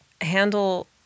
handle